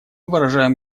выражаем